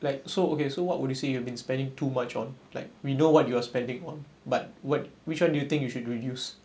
like so okay so what would you say you've been spending too much on like we know what you are spending on but what which one do you think you should reduce